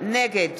נגד